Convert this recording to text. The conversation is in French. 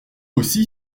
aussi